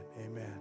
Amen